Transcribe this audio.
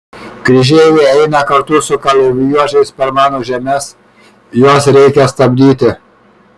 kryžeiviai eina kartu su kalavijuočiais per mano žemes juos reikia stabdyti